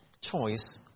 choice